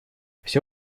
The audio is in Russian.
все